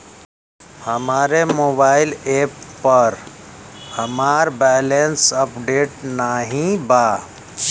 हमरे mobile app पर हमार बैलैंस अपडेट नाई बा